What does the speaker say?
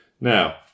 Now